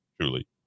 truly